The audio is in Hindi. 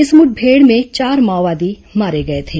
इस मुठभेड़ में चार माओवादी मारे गए थे